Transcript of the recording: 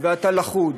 ואתה לכוד.